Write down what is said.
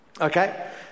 Okay